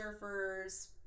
Surfers